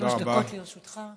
שלוש דקות לרשותך.